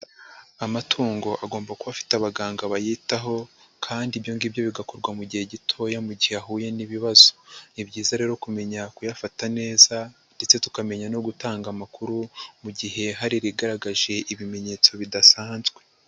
Amatungo agomba kuba afite abaganga bayitaho kandi ibyo ngibyo bigakorwa mu gihe gitoya mu gihe ahuye n'ibibazo. Ni byiza rero kumenya kuyafata neza ndetse tukamenya no gutanga amakuru mu gihe hari igaragaje ibimenyetso bidasanzwe.